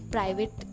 Private